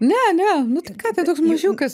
ne ne nu tai ką ten toks mažiukas